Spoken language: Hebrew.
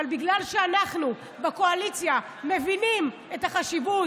אבל בגלל שאנחנו בקואליציה מבינים את החשיבות